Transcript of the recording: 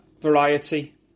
variety